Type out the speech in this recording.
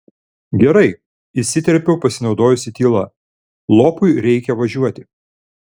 gerai įsiterpiau pasinaudojusi tyla lopui reikia važiuoti